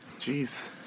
Jeez